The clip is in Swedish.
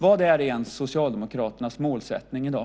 Vad är Socialdemokraternas målsättning i dag?